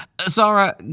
Zara